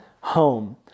home